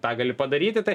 tą gali padaryti tai